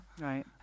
Right